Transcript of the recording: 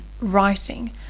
writing